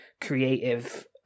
creative